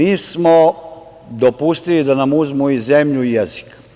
Mi smo dopustili da nam uzmu i zemlju i jezik.